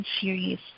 series